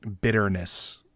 bitterness